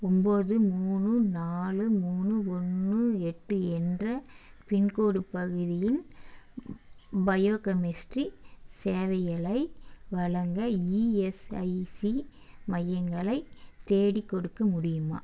ஒம்பது மூணு நாலு மூணு ஒன்று எட்டு என்ற பின்கோடு பகுதியின் பயோகெமிஸ்ட்ரி சேவைகளை வழங்க இஎஸ்ஐசி மையங்களை தேடிக்கொடுக்க முடியுமா